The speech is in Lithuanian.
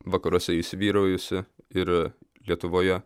vakaruose įsivyraujusi ir lietuvoje